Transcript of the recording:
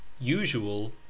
Usual